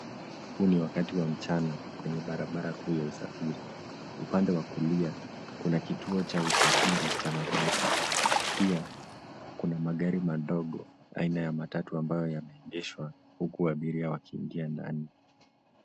Huu ni wakati wa mchana kwenye barabara kuu ya usafiri. Upande kulia kuna kituo cha usafiri cha mabasi. Pia kuna magari madogo aina ya matatu ambayo yameegeshwa huku abiria wakiingia ndani.